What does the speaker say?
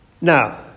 Now